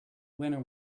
winner